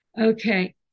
Okay